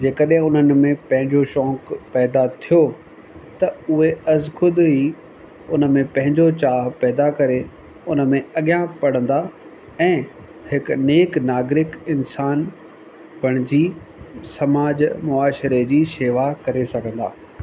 जेकॾहिं उन्हनि में पंहिंजो शौक़ु पैदा थियो त उहे अॼु ख़ुदि ई उन में पंहिंजो चाहु पैदा करे उन में अॻियां पढ़ंदा ऐं हिकु नेक नागरिक इंसान ॿणिजी समाज मौशहे जी शेवा करे सघंदा